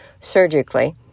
surgically